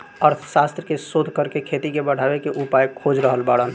अर्थशास्त्र के शोध करके खेती के बढ़ावे के उपाय खोज रहल बाड़न